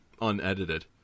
unedited